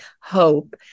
hope